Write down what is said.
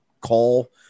call